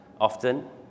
often